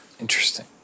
Interesting